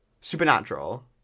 Supernatural